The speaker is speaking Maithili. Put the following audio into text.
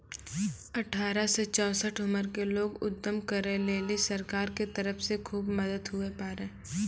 अठारह से चौसठ उमर के लोग उद्यम करै लेली सरकार के तरफ से खुब मदद हुवै पारै